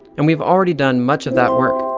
and we have already done much of that work.